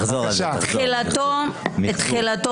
סליחה,